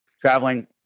traveling